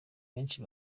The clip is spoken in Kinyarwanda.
benshi